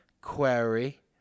query